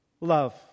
love